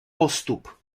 postup